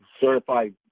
certified